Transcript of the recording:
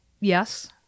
yes